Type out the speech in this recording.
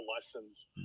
lessons